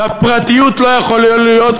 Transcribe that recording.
הפרטיות לא יכולה להיות,